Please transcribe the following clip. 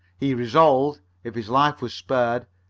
he resolved, if his life was spared,